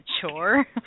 chore